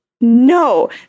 No